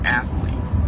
athlete